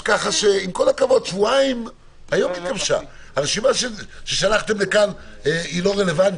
עם כל הכבוד, הרשימה ששלחתם לכאן היא לא רלוונטית.